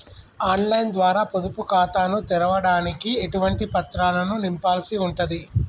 On line ద్వారా పొదుపు ఖాతాను తెరవడానికి ఎటువంటి పత్రాలను నింపాల్సి ఉంటది?